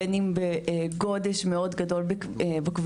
בין אם גודש מאוד גדול בכבישים.